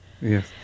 Yes